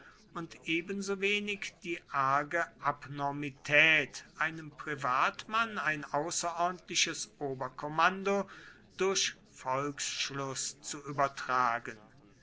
und ebensowenig die arge abnormität einem privatmann ein außerordentliches oberkommando durch volksschluß zu übertragen